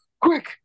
quick